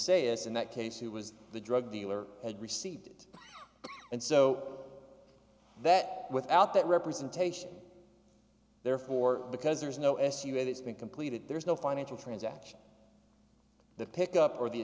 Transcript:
yes in that case who was the drug dealer had received it and so that without that representation therefore because there's no se where it's been completed there's no financial transaction the pick up or the